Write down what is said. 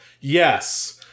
Yes